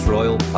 Royal